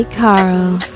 Carl